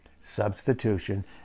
substitution